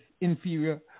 inferior